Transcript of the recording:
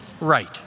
right